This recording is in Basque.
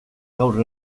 gaur